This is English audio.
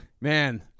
Man